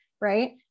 right